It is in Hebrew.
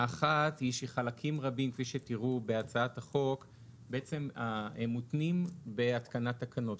האחת היא שחלקים רבים בהצעת החוק מותנים בהתקנת תקנות.